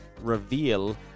Reveal